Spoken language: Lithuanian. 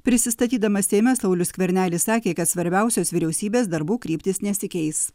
prisistatydamas seime saulius skvernelis sakė kad svarbiausios vyriausybės darbų kryptys nesikeis